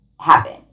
happen